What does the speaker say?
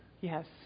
Yes